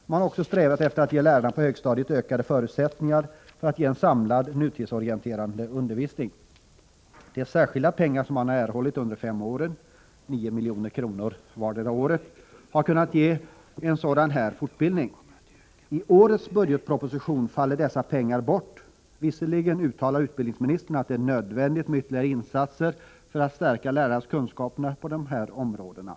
Man har också strävat efter att ge lärarna på högstadiet ökade förutsättningar att ge en samlad nutidsorienterande undervisning. De särskilda pengar man har erhållit under de fem åren, 9 milj.kr. vartdera året, har kunnat ge en sådan här fortbildning. I årets budgetproposition faller dessa pengar bort. Visserligen uttalar utbildningsministern att det är nödvändigt med ytterligare insatser för att stärka lärarnas kunskaper inom de här områdena.